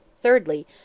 Thirdly